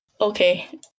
Okay